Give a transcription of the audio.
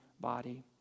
body